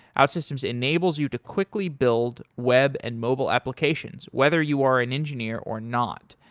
outsystems enables you to quickly build web and mobile applications whether you are an engineer or not.